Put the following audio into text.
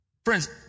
Friends